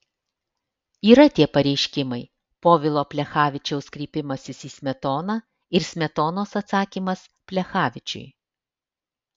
yra tie pareiškimai povilo plechavičiaus kreipimasis į smetoną ir smetonos atsakymas plechavičiui